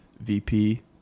VP